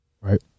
Right